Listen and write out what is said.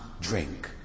drink